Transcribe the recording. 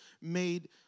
made